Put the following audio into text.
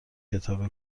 کتاب